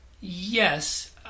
Yes